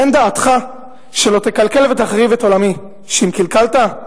תן דעתך שלא תקלקל ותחריב את עולמי, שאם קלקלת,